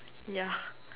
yeah